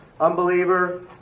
unbeliever